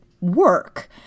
work